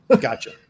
Gotcha